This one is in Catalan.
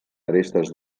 arestes